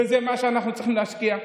וזה מה שאנחנו צריכים להשקיע בו.